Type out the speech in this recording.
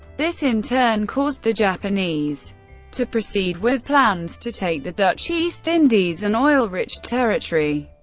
this in turn caused the japanese to proceed with plans to take the dutch east indies, an oil-rich territory.